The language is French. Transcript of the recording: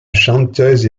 chanteuse